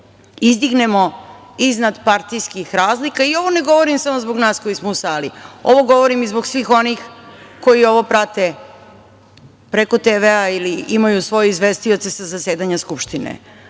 izdignemo iznad partijskih razlika. Ovo ne govorim samo zbog nas koji smo u sali, ovo govorim zbog svih ostalih koji ovo prate preko tv ili imaju svoje izvestioce sa zasedanja Skupštine.